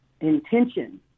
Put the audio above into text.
intention